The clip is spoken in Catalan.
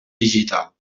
digital